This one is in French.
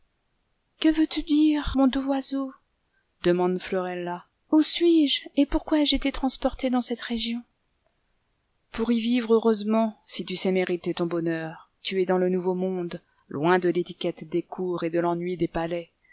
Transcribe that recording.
que veux-tu dire mon doux oiseau demande florella où suis-je et pourquoi ai-je été transportée dans cette région pour y vivre heureusement si tu sais mériter ton bonheur tu es dans le nouveau-monde loin de l'étiquette des cours et de l'ennui des palais